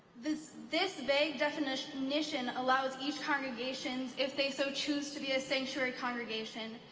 this this vague definition definition allows each congregation if they so choose to be a sanctuary congregation,